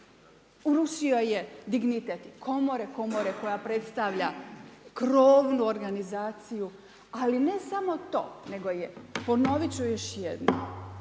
urušio je dignitet komore, komore koja predstavlja krovnu organizaciju. Ali ne samo to, nego je, ponovit ću još jednom.